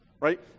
Right